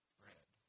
bread